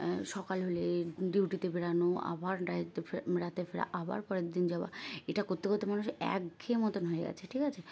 সকাল হলে ডিউটিতে বেরানো আবার র রাতে ফেরা আবার পরের দিন যাওয়া এটা করতে করতে মানুষ একঘে মতন হয়ে গেছে ঠিক আছে